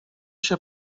się